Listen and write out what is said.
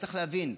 צריך להבין,